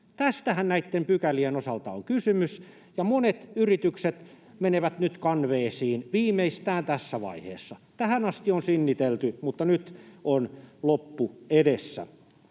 Tästähän näitten pykälien osalta on kysymys, ja monet yritykset menevät kanveesiin viimeistään tässä vaiheessa. Tähän asti on sinnitelty, mutta nyt on loppu edessä.